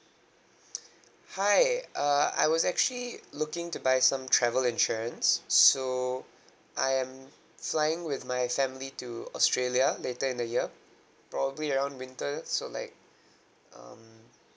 hi uh I was actually looking to buy some travel insurance so I am flying with my family to australia later in the year probably around winter so like um